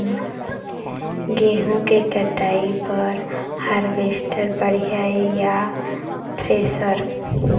गेहूं के कटाई बर हारवेस्टर बढ़िया ये या थ्रेसर?